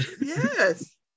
Yes